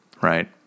right